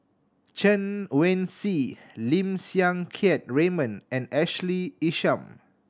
Chen Wen Hsi Lim Siang Keat Raymond and Ashley Isham